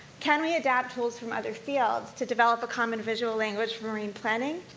can we adapt tools from other fields to develop a common visual language for marine planning?